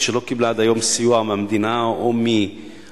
שלא קיבלה עד היום סיוע מהמדינה או מהעירייה,